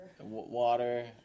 Water